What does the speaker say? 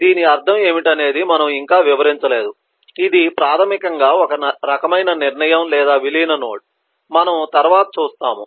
దీని అర్థం ఏమిటనేది మనము ఇంకా వివరించలేదు ఇది ప్రాథమికంగా ఒక రకమైన నిర్ణయం లేదా విలీన నోడ్ మనము తరువాత చూస్తాము